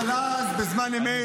אבל אז בזמן אמת,